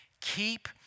keep